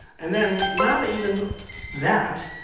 and then, not even that,